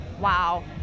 wow